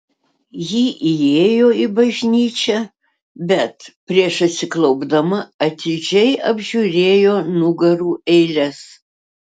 ji įėjo į bažnyčią bet prieš atsiklaupdama atidžiai apžiūrėjo nugarų eiles